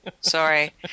Sorry